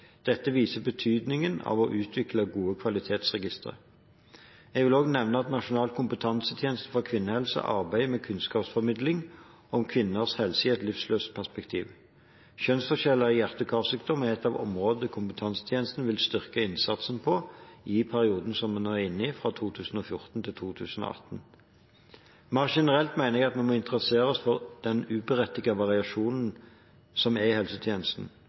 Dette viser betydningen av å utvikle gode kvalitetsregistre. Jeg vil også nevne at Nasjonal kompetansetjeneste for kvinnehelse arbeider med kunnskapsformidling om kvinners helse i et livsløpsperspektiv. Kjønnsforskjeller i hjerte- og karsykdommer er et av områdene kompetansetjenesten vil styrke innsatsen på i perioden 2014–2018, som vi nå er inne i. Mer generelt mener jeg at vi må interessere oss for den uberettigede variasjonen som er i helsetjenesten,